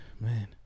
man